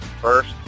first